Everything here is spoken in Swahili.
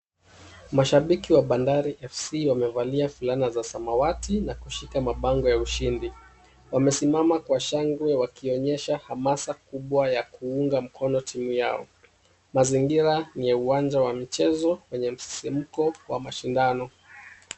Mashabiki wa Bandari fc wamevalia fulana za samawati na kushika mabango ya ushindi, wamesimama kwa shangwe wakionyesha hamasa kubwa ya kuunga mkono timu yao. Mazingira ni ya uwanja wa mchezo wenye msisimuko wa mashindano.